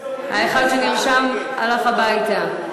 האחד שנרשם, הלך הביתה.